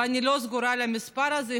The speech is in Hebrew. אני לא סגורה על המספר הזה,